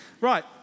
Right